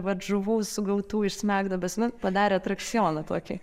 vat žuvų sugautų iš smegduobės nu padarė atrakcioną tokį